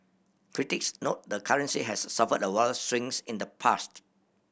critics note the currency has suffered wild swings in the past